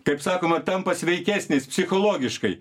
kaip sakoma tampa sveikesnis psichologiškai